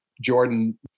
Jordan